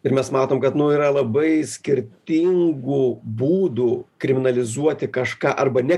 ir mes matom kad nu yra labai skirtingų būdų kriminalizuoti kažką arba ne